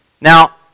Now